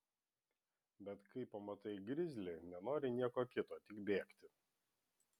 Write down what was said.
bet kai pamatai grizlį nenori nieko kito tik bėgti